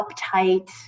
uptight